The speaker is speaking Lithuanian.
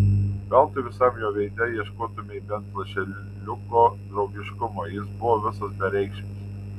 veltui visam jo veide ieškotumei bent lašeliuko draugiškumo jis buvo visas bereikšmis